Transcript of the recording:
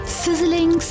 sizzling